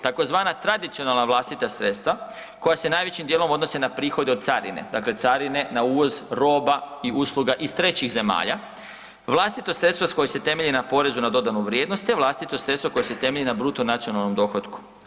Tzv. tradicionalna vlastita sredstva, koja se najvećim dijelom odnose na prihode od carine, dakle carine na uvoz roba i usluga iz trećih zemalja; vlastita sredstvo koje se temelji na porezu na dodanu vrijednost te vlastito sredstvo koje se temelji na bruto nacionalnom dohotku.